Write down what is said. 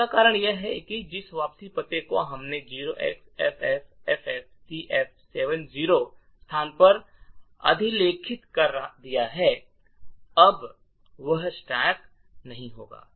इसका कारण यह है कि जिस वापसी पते को हमने 0xffffcf70 स्थान पर अधिलेखित कर दिया है वह अब स्टैक नहीं होगा